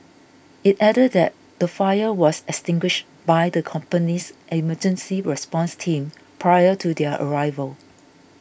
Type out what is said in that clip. it added that the fire was extinguished by the company's emergency response team prior to their arrival